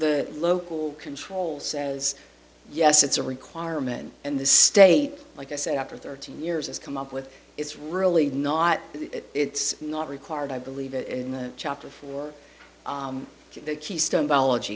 the local control says yes it's a requirement and the state like i said after thirteen years is come up with it's really not it's not required i believe in the chapter for keystone biology